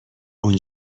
اون